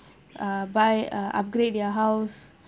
uh buy uh upgrade their house